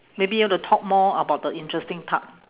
maybe you want to talk more about the interesting part